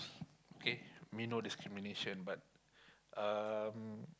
okay me no discrimination but uh